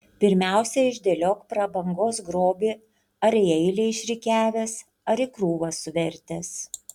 pirmiausia išdėliok prabangos grobį ar į eilę išrikiavęs ar į krūvą suvertęs